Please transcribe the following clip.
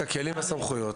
בטח, זו עבירה חמורה מאוד.